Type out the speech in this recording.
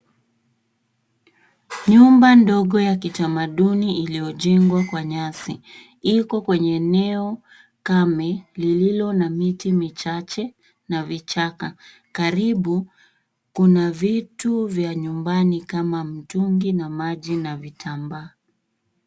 Nyumba ndogo ya kitamaduni iliyojengwa kwa nyasi. Iko kwenye eneo kame lililo na miti michache na vichaka. Karibu kuna vitu vya nyumbani kama mtungi na maji na vitambaa.